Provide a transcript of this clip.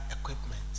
equipment